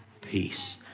peace